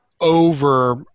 over